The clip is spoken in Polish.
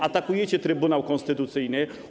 Atakujecie Trybunał Konstytucyjny.